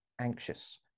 anxious